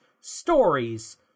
stories